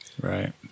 Right